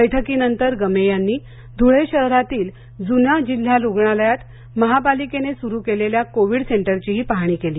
बैठकीनंतर गमे यांनी धूळे शहरातील जून्या जिल्हा रुग्णालयात महापालिकेने सुरु केलेल्या कोविड सेंटरचीही पाहणी केली